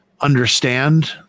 understand